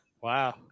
Wow